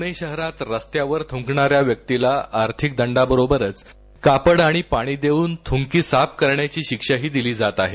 पुणे शहरात रस्त्यावर थुंकणाऱ्या व्यक्तीला आर्थिक दंडाबरोबरच कापड आणि पाणी देऊन थुंकी साफ करण्याची शिक्षाही दिली जात आहे